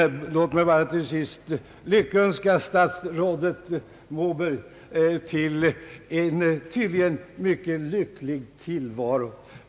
Låt mig till sist lyckönska statsrådet Moberg till en tydligen mycket lycklig tillvaro.